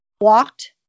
walked